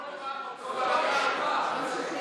כל פעם אותו בלגן, מה זה?